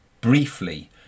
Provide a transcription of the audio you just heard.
briefly